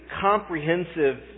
comprehensive